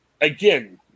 again